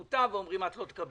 ואומרים: את לא תקבלי.